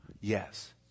Yes